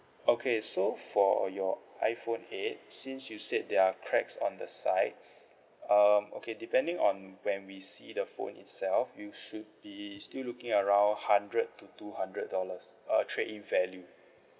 okay so for your iPhone eight since you said there are cracks on the side um okay depending on when we see the phone itself you should be still looking around hundred to two hundred dollars uh trade in value